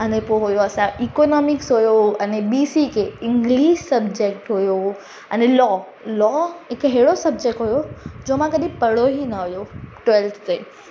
अने पोइ हुयो असांजो इकोनॉमिक्स हुयो अने बी सी के इंग्लिश सब्जेक्ट हुयो अने लॉ लॉ हिकु अहिड़ो सब्जेक्ट हुयो जो मां कॾहिं पढ़ियो ई न हुयो ट्वेल्थ ताईं